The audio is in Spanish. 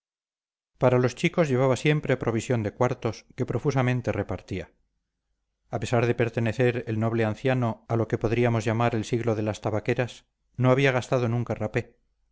para los chicos llevaba siempre provisión de cuartos que profusamente repartía a pesar de pertenecer el noble anciano a lo que podríamos llamar el siglo de las tabaqueras no había gastado nunca rapé